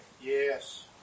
Yes